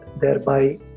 thereby